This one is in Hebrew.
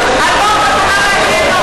חתונה מהגיהינום,